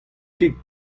ket